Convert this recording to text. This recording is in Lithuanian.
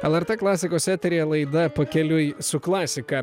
lrt klasikos eteryje laida pakeliui su klasika